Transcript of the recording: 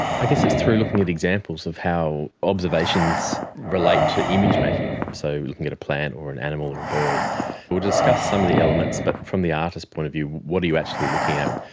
i guess it's through looking at examples of how observations relate to image making, so looking at a plant or an animal or a bird. we will discuss some of the elements, but from the artist's point of view what are you actually looking at,